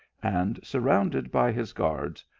and, surrounded by his guards,